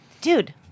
dude